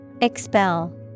Expel